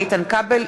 איתן כבל,